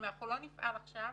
אם לא נפעל עכשיו